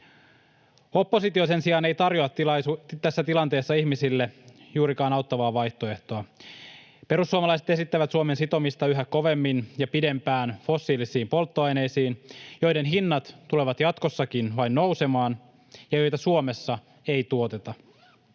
Oppositio sen sijaan ei tarjoa tässä tilanteessa ihmisille juurikaan auttavaa vaihtoehtoa. Perussuomalaiset esittävät Suomen sitomista yhä kovemmin ja pidempään fossiilisiin polttoaineisiin, joiden hinnat tulevat jatkossakin vain nousemaan ja joita Suomessa ei tuoteta.